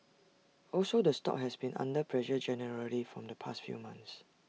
also the stock has been under pressure generally from the past few months